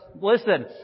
Listen